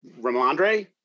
Ramondre